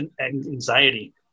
anxiety